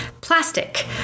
plastic